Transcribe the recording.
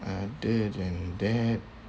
other than that